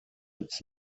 its